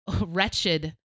wretched